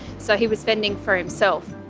so he was fending for himself.